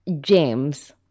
James